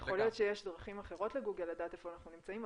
יכול להיות שיש דרכים אחרות לגוגל לדעת איפה אנחנו נמצאים,